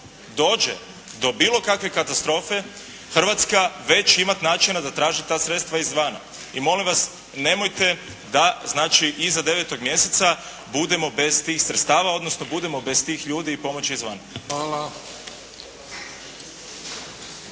dođe do bilo kakve katastrofe, Hrvatska već imati načina da traži ta sredstva izvana i molim vas nemojte da znači iz 9. mjeseca budemo bez tih sredstava, odnosno budemo bez tih ljudi i pomoći izvana. **Bebić,